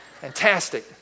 fantastic